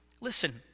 Listen